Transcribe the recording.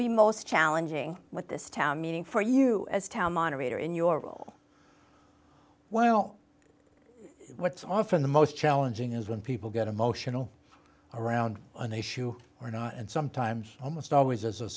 be most challenging with this town meeting for you as town moderator in your role well what's often the most challenging is when people get emotional around an issue or not and sometimes almost always as a